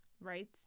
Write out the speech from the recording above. Right